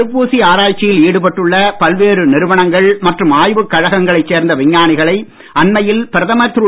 தடுப்பூசி ஆராய்ச்சியில் ஈடுபட்டுள்ள பல்வேறு நிறுவனங்கள் மற்றும் ஆய்வுக் கழகங்களைச் சேர்ந்த விஞ்ஞானிகளை அன்மையில் பிரதமர் திரு